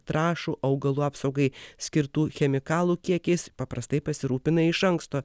trąšų augalų apsaugai skirtų chemikalų kiekis paprastai pasirūpina iš anksto